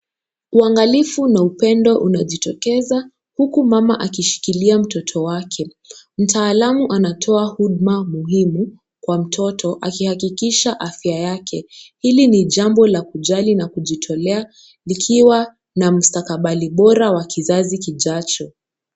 Uangalifu na upendo unajitokeza, huku mama akimshikilia mtoto wake. Mtaalamu anatoa huduma muhimu kwa mtoto, akihakikisha afya yake. Hili ni jambo la kujali na kujitetea, likiwa na mstakabadhi bora wa kizazi kijacho.